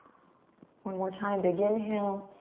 one more time, big inhale,